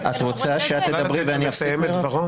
את רוצה שאני אפסיק לדבר ואת תדברי?